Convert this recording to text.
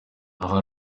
aha